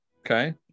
Okay